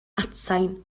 atsain